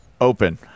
open